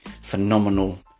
phenomenal